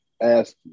ask